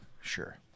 Sure